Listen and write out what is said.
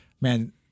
man